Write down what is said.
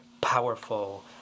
powerful